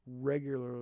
regularly